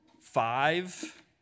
five